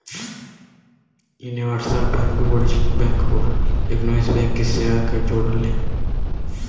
universal bank वाणिज्यिक bank आउर एक निवेश बैंक की सेवा के जोड़ला